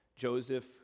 Joseph